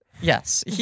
yes